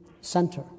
center